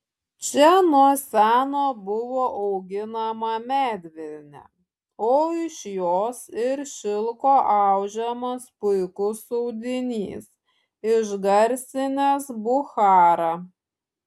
čia nuo seno buvo auginama medvilnė o iš jos ir šilko audžiamas puikus audinys išgarsinęs bucharą